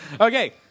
Okay